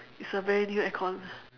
it's a very new aircon